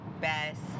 best